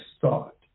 thought